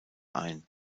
ein